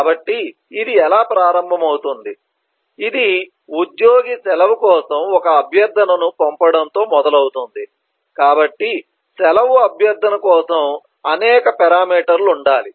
కాబట్టి ఇది ఎలా ప్రారంభమవుతుంది ఇది ఉద్యోగి సెలవు కోసం ఒక అభ్యర్థనను పంపడంతో మొదలవుతుంది కాబట్టి సెలవు అభ్యర్థన కోసం అనేక పేరామీటర్లు ఉండాలి